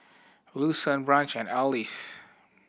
Wilson Branch and Alys